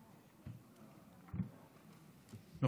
תודה רבה.